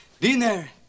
Dinner